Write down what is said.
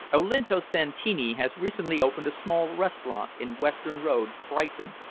olinto santini has recently opened a small restaurant in western road, brighton,